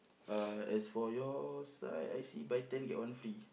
uh as for your side I see buy ten get one free